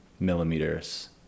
millimeters